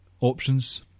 options